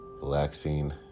relaxing